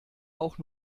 auch